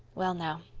well, now,